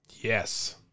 Yes